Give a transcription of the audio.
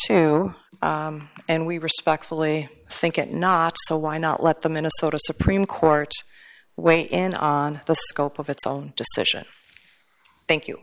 tune and we respectfully think it not so why not let the minnesota supreme court weigh in on the scope of its own decision thank you